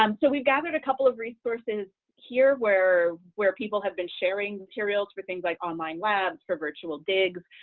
um so we've gathered a couple of resources here where, where people have been sharing materials for things like online labs for virtual digs.